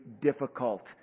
difficult